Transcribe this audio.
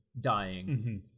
dying